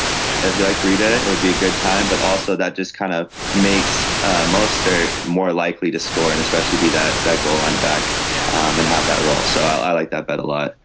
yeah. you like rita. it would be a good time but also that just kind of makes most are more likely to score and especially be that that goal line back. yeah. and have that role. so i like that better lot.